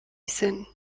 syn